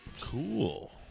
Cool